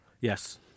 Yes